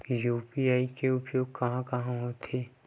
UPI के उपयोग कहां कहा होथे?